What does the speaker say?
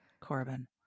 Corbin